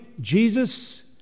Jesus